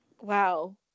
wow